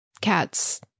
cats